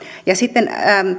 ja sitten